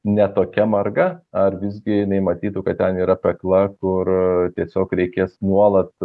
ne tokia marga ar visgi jinai matytų kad ten yra pekla kur tiesiog reikės nuolat